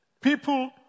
People